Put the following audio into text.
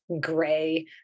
gray